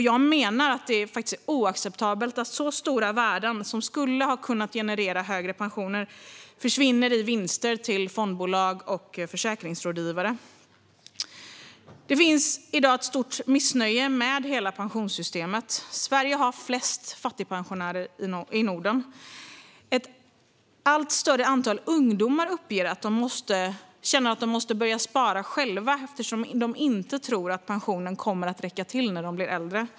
Jag menar att det är oacceptabelt att stora värden, som skulle ha kunnat generera högre pensioner, försvinner i vinster till fondbolag och försäkringsrådgivare. Det finns i dag ett stort missnöje med hela pensionssystemet. Sverige har flest fattigpensionärer i Norden. Ett allt större antal ungdomar uppger att de känner att de måste börja spara själva eftersom de inte tror att pensionen kommer att räcka till när de blir äldre.